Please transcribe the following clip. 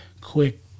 quick